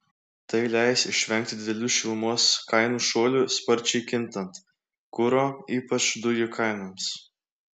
tai leis išvengti didelių šilumos kainų šuolių sparčiai kintant kuro ypač dujų kainoms